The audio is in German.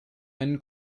einen